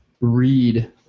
read